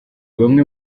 bamwe